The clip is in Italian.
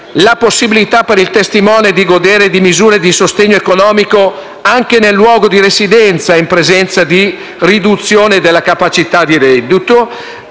la possibilità per il testimone di godere di misure di sostegno economico anche nel luogo di residenza, in presenza di riduzione della capacità di reddito;